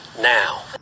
now